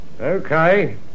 Okay